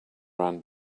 ran